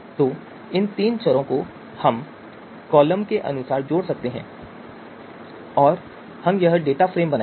तो इन तीन चरों को हम कॉलम के अनुसार जोड़ सकते हैं और हम यह डेटा फ्रेम बनाएंगे